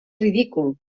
ridícul